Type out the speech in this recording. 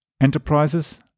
enterprises